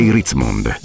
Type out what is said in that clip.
Ritzmond